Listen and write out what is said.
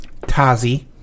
Tazi